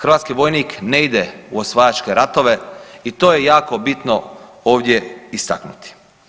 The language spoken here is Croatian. Hrvatski vojnik ne ide u osvajačke ratove i to je jako bitno ovdje istaknuti.